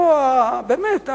באמת,